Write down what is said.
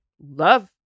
Love